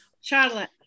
Charlotte